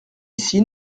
ici